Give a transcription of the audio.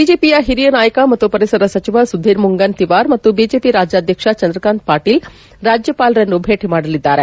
ಬಿಜೆಪಿಯ ಹಿರಿಯ ನಾಯಕ ಮತ್ತು ಪರಿಸರ ಸಚಿವ ಸುಧೀರ್ ಮುಂಗನ್ ತಿವಾರ್ ಮತ್ತು ಬಿಜೆಪಿ ರಾಜ್ಯಾಧ್ಯಕ್ಷ ಚಂದ್ರಕಾಂತ್ ಪಾಟೀಲ್ ಅವರು ರಾಜ್ಯಪಾಲರನ್ನು ಭೇಟ ಮಾಡಲಿದ್ದಾರೆ